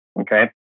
Okay